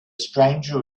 stranger